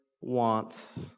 wants